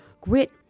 grit